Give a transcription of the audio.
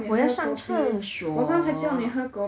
我要上厕所